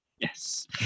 Yes